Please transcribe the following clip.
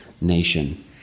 nation